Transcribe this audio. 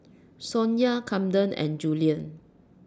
Sonya Kamden and Julian